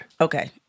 Okay